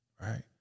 right